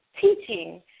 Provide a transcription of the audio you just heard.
teaching